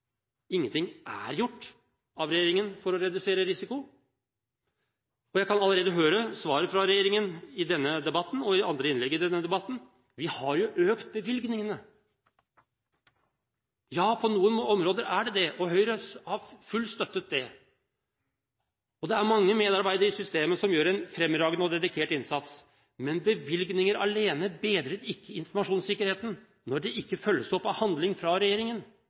Ingenting er gjort av regjeringen for å risikere risikoen. Jeg kan allerede høre svaret fra regjeringen i denne debatten og i andre innlegg i denne debatten: Vi har jo økt bevilgningene. Ja, på noen områder og med Høyres fulle støtte. Og det er mange medarbeidere i systemet som gjør en fremragende og dedikert innsats, men bevilgninger alene bedrer ikke informasjonssikkerheten når de ikke følges opp av handlinger fra regjeringen